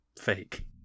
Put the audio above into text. fake